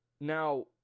Now